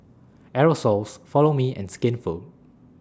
Aerosoles Follow Me and Skinfood